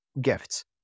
gifts